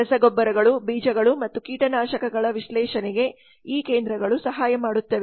ರಸಗೊಬ್ಬರಗಳು ಬೀಜಗಳು ಮತ್ತು ಕೀಟನಾಶಕಗಳ ವಿಶ್ಲೇಷಣೆಗೆ ಈ ಕೇಂದ್ರಗಳು ಸಹಾಯ ಮಾಡುತ್ತವೆ